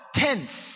tense